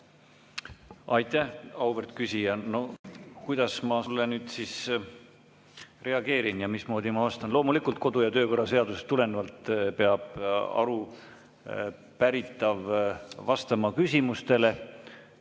Aitäh, auväärt küsija! Kuidas ma nüüd siis reageerin ja mismoodi ma vastan? Loomulikult, kodu‑ ja töökorra seadusest tulenevalt peab arupäritav vastama küsimustele.